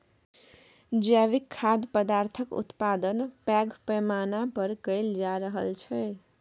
जैविक खाद्य पदार्थक उत्पादन पैघ पैमाना पर कएल जा रहल छै